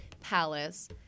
palace